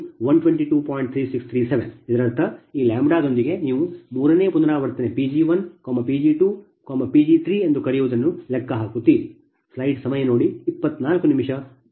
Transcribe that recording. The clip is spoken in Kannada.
3637 ಇದರರ್ಥ ಈ ಲ್ಯಾಂಬ್ಡಾದೊಂದಿಗೆ ನೀವು ಮೂರನೇ ಪುನರಾವರ್ತನೆ Pg1 Pg2Pg3 ಎಂದು ಕರೆಯುವದನ್ನು ಲೆಕ್ಕ ಹಾಕುತ್ತೀರಿ